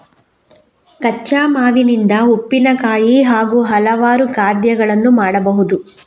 ಕಚ್ಚಾ ಮಾವಿನಿಂದ ಉಪ್ಪಿನಕಾಯಿ ಹಾಗೂ ಹಲವಾರು ಖಾದ್ಯಗಳನ್ನು ಮಾಡಬಹುದು